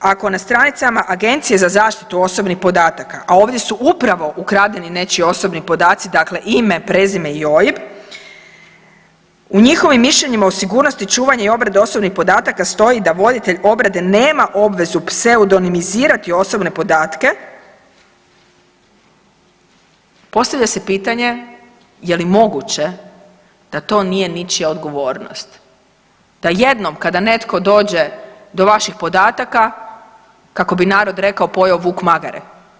Ako na stranicama Agencije za zaštitu osobnih podataka, a ovdje su upravo ukradeni nečiji osobni podaci, dakle ime, prezime i OIB, u njihovim mišljenima o sigurnosti, čuvanje i obrade osobnih podataka stoji da voditelj obrade nema obvezu pseudomizirati osobne podatke, postavlja se pitanje je li moguće da to nije ničija odgovornost, da jednom kada netko dođe do vaših podataka kako bi narod rekao pojeo vuk magare.